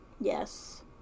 Yes